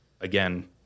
again